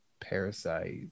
Parasite